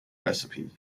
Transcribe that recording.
recipe